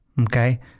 Okay